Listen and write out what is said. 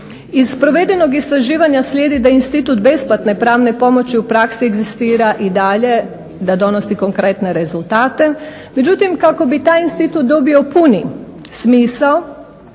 Iz provedenog istraživanja slijedi da institut besplatne pravne pomoći u praksi egzistira i dalje, da donosi konkretne rezultate. Međutim, kako bi taj institut dobio puni smisao